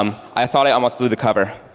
um i thought i almost blew the cover.